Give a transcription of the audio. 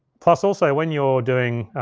plus also, when you're doing